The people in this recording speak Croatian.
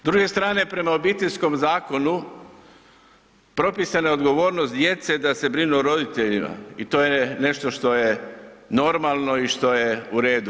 S druge strane prema Obiteljskom zakonu, propisana je odgovornost djece da se brinu o roditeljima i to je nešto što je normalno i što je u redu.